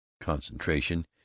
concentration